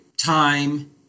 time